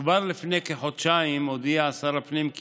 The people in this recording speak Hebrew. כבר לפני כחודשיים הודיע שר הפנים כי